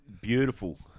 Beautiful